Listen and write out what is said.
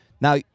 Now